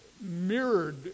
mirrored